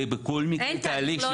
זה בכל מקרה תהליך שדורש --- אין תהליך.